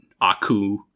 Aku